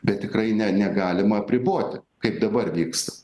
bet tikrai ne negalima apriboti kaip dabar vyksta